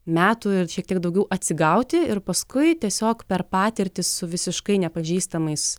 metų ir šiek tiek daugiau atsigauti ir paskui tiesiog per patirtį su visiškai nepažįstamais